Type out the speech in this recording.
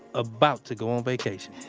about to go on vacation